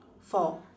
four